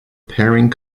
pairing